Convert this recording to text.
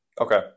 Okay